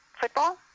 Football